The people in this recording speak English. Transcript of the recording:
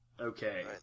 Okay